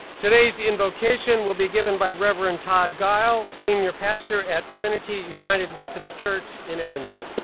today's invocation will be given by reverend todd gile, senior pastor at trinity united methodist church in evansville.